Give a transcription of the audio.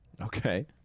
Okay